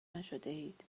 نشدهاید